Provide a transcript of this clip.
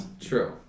True